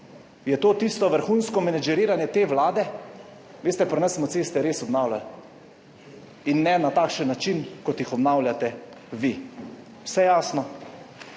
Je to tisto vrhunsko menedžiranje te vlade? Veste, pri nas smo ceste res obnavljali in ne na takšen način, kot jih obnavljate vi. Vse jasno?